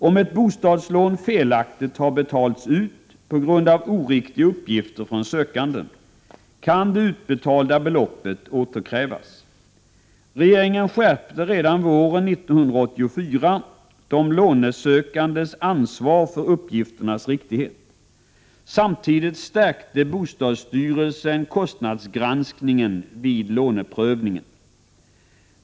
Om ett bostadslån felaktigt har betalats ut på grund av oriktiga uppgifter från sökanden, kan det utbetalda beloppet återkrävas. Regeringen skärpte redan våren 1984 de lånesökandes ansvar för uppgifternas riktighet. Samtidigt stärkte bostadsstyrelsen kostnadsgranskningen vid låneprövningen.